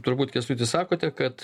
turbūt kęstuti sakote kad